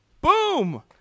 Boom